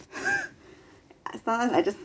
sometimes I just